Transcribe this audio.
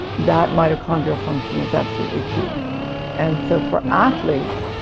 that mitochondrial function is absolutely key and so for athletes,